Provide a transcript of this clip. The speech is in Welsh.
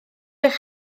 eich